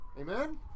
amen